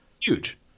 huge